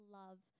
love